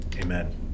Amen